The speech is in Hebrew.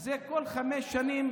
זה כל חמש שנים